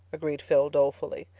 agreed phil dolefully.